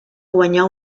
guanyar